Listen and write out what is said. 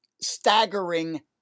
staggering